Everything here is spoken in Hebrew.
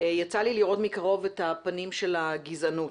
יצא לי לראות מקרוב את הפנים של הגזענות.